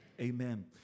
Amen